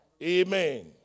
Amen